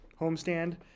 homestand